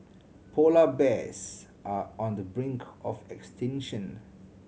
polar bears are on the brink of extinction